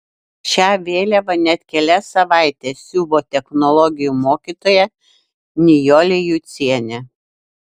šią vėliavą net kelias savaites siuvo technologijų mokytoja nijolė jucienė